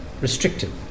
restrictive